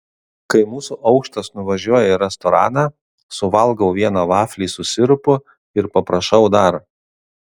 kai mūsų aukštas nuvažiuoja į restoraną suvalgau vieną vaflį su sirupu ir paprašau dar